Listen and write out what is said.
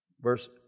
verse